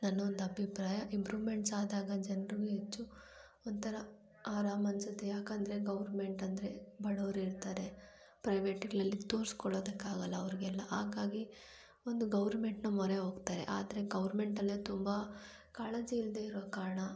ನನ್ನ ಒಂದು ಅಭಿಪ್ರಾಯ ಇಂಪ್ರೂವ್ಮೆಂಟ್ಸ್ ಆದಾಗ ಜನ್ರಿಗೂ ಹೆಚ್ಚು ಒಂಥರ ಆರಾಮನಿಸುತ್ತೆ ಯಾಕಂದರೆ ಗೌರ್ಮೆಂಟ್ ಅಂದರೆ ಬಡವ್ರು ಇರ್ತಾರೆ ಪ್ರೈವೇಟ್ಗಳಲ್ಲಿ ತೋರ್ಸ್ಕೊಳ್ಳದಕ್ಕೆ ಆಗಲ್ಲ ಅವ್ರಿಗೆಲ್ಲ ಹಾಗಾಗಿ ಒಂದು ಗೌರ್ಮೆಂಟ್ನ ಮೊರೆ ಹೋಗ್ತಾರೆ ಆದರೆ ಗೌರ್ಮೆಂಟಲ್ಲೇ ತುಂಬ ಕಾಳಜಿ ಇಲ್ಲದೆ ಇರೋ ಕಾರಣ